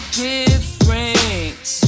difference